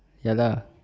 ya lah